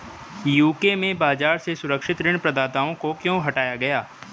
UK में बाजार से सुरक्षित ऋण प्रदाताओं को क्यों हटाया गया?